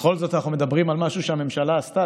בכל זאת אנחנו מדברים על משהו שהממשלה עשתה,